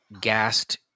gassed